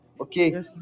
okay